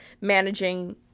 managing